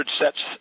sets